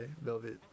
Velvet